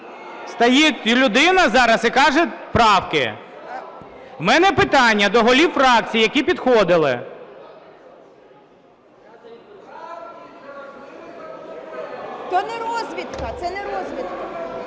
Стоїть людина зараз і каже - правки. В мене питання до голів фракцій, які підходили… (Шум у залі)